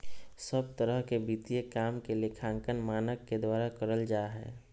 सब तरह के वित्तीय काम के लेखांकन मानक के द्वारा करल जा हय